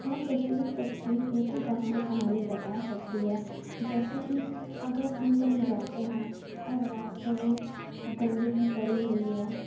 ہاں تر ایک تصویر بالکل کہاں ایک کہانی بتا سکتی ہے جیسے کہ اگر ہم کہیں جاتے ہیں اور راستے میں گندگی پڑی ہوئی ہے